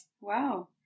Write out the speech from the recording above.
wow